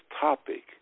topic